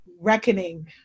reckoning